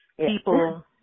People